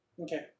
Okay